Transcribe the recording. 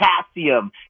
Potassium